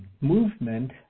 movement